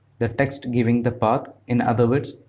the text giving the path in other words,